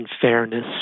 fairness